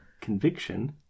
conviction